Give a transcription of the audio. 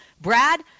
Brad